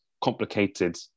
complicated